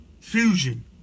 fusion